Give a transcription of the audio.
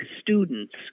students